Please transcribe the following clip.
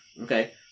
Okay